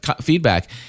feedback